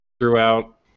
throughout